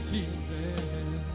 Jesus